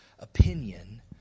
opinion